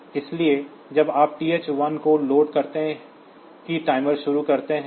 इसलिए जब आप TH1 को लोड करते ही टाइमर शुरू करते हैं